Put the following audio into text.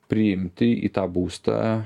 priimti į tą būstą